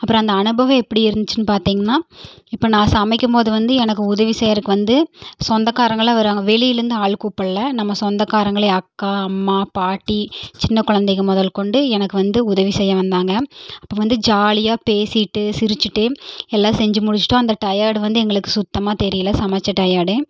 அப்புறம் அந்த அனுபவம் எப்படி இருந்துச்சின்னு பார்த்தீங்கன்னா இப்போ நான் சமைக்கும் போது வந்து எனக்கு உதவி செய்கிறக்கு வந்து சொந்தக்காரவங்களாம் வருவாங்கள் வெளியிலேருந்து ஆள் கூப்புடல நம்ம சொந்தக்காரங்களே அக்கா அம்மா பாட்டி சின்னக் குழந்தைங்க முதல் கொண்டு எனக்கு வந்து உதவி செய்ய வந்தாங்கள் அப்போ வந்து ஜாலியாகா பேசிட்டு சிரிச்சிட்டு எல்லாம் செஞ்சு முடிச்சிட்டு அந்த டையர்ட் வந்து எங்களுக்கு சுத்தமாக தெரியல சமைத்த டையர்டே